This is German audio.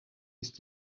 ist